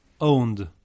owned